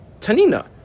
Tanina